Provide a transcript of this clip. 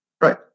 Right